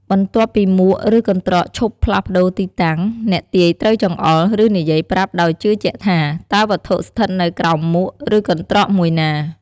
បន្ទាប់ពីមួក ឬកន្ត្រកឈប់ផ្លាស់ប្ដូរទីតាំង អ្នកទាយត្រូវចង្អុល ឬនិយាយប្រាប់ដោយជឿជាក់ថា តើវត្ថុស្ថិតនៅក្រោមមួក ឬកន្ត្រកមួយណា។